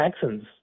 Texans